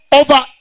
over